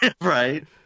Right